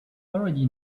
already